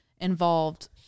involved